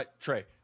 Trey